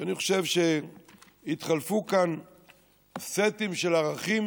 שאני חושב שהתחלפו כאן סטים של ערכים